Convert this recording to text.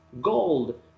gold